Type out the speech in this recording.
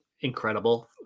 incredible